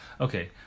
Okay